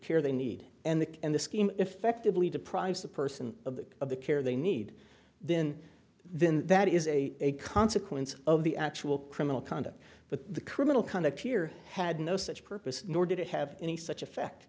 care they need and the and the scheme effectively deprives the person of that of the care they need then then that is a consequence of the actual criminal conduct but the criminal conduct here had no such purpose nor did it have any such effect